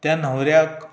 त्या न्हवऱ्याक